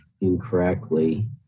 incorrectly